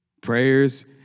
Prayers